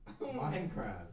Minecraft